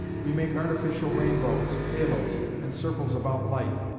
we make artificial rain-bows, halo's, and circles about light.